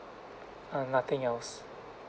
uh nothing else